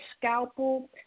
scalpel